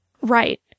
Right